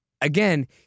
again